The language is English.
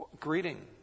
greeting